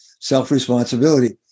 self-responsibility